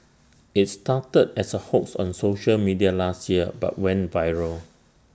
IT started as A hoax on social media last year but went viral